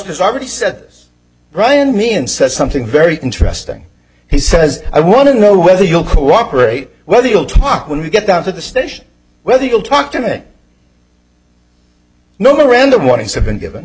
i already said this bryan me and says something very interesting he says i want to know whether you'll cooperate whether you'll talk when we get down to the station whether you'll talk to me no miranda warnings have been given